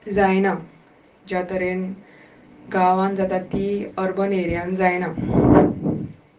जायना ज्या तरेन गांवांत जाता ती अर्बन एरियांत जायना